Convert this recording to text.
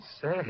Say